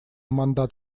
мандат